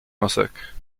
nosek